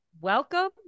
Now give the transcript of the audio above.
welcome